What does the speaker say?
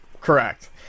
Correct